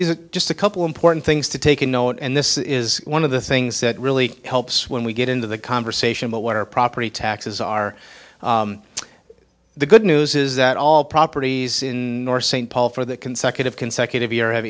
is just a couple important things to take a note and this is one of the things that really helps when we get into the conversation about what our property taxes are the good news is that all properties in north st paul for that consecutive consecutive year have